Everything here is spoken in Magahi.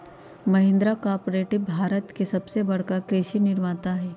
महिंद्रा कॉर्पोरेट भारत के सबसे बड़का कृषि निर्माता हई